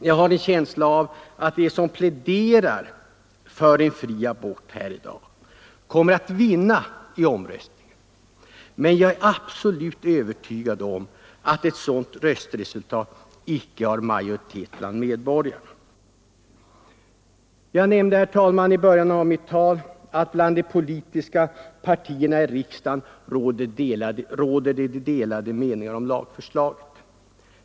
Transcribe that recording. Jag har en känsla av att de som i dag pläderar för en fri abort kommer att vinna vid omröstningen, men jag är absolut övertygad om att ett sådant utslag icke har majoritet bland medborgarna. Jag nämnde, herr talman, i början av mitt anförande att det inom de politiska partierna i riksdagen råder delade meningar om lagförslaget.